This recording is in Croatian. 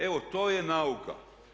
Evo, to je nauka.